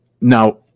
now